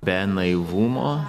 be naivumo